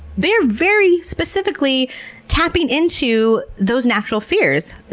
they're very specifically tapping into those natural fears.